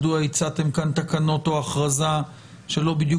מדוע הצעתם כאן תקנות או הכרזה שלא בדיוק